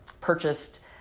purchased